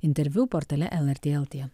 interviu portale lrt lt